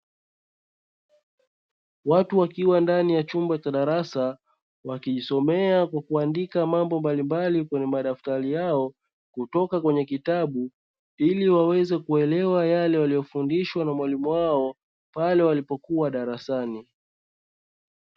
Watu wakiwa ndani ya chumba cha darasa, wakijisomea kwa kuandika mambo mbalimbali kwenye madaftari yao kutoka kwenye kitabu, ili waweze kuelewa yale waliofundishwa na mwalimu wao pale walipokuwa darasani.